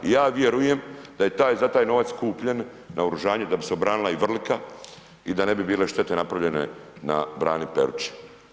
Ja vjerujem da je za taj novac kupljen, naoružanje, da bi se obranila i Vrlika i da ne bi bile štete napravljene na brani Peruča.